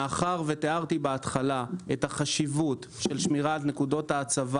מאחר ותיארתי בהתחלה את החשיבות של שמירת נקודות ההצבה